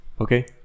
Okay